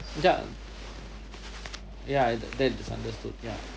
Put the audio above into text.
yeah yeah that I understood